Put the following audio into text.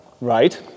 Right